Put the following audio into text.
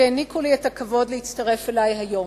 שהעניקו לי את הכבוד להצטרף אלי היום: